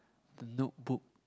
Notebook